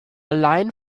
line